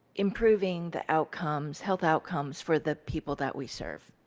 improving the outcomes health outcomes for the people that we serve.